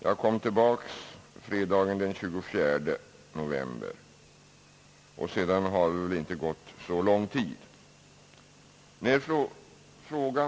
Jag kom tillbaka fredagen den 24 november, och den tid som gått sedan dess är väl inte så lång.